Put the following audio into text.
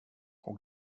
och